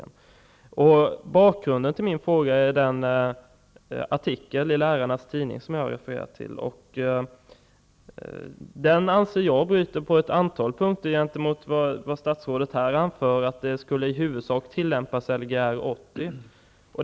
Bakgrunden till min fråga är den artikel i lärarnas tidning som jag har refererat till. Jag anser att skolan på ett antal punkter bryter gentemot vad statsrådet anför, dvs. att där i huvudsak tillämpas Lgr 80.